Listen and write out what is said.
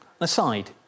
Aside